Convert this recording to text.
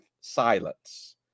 silence